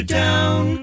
down